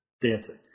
dancing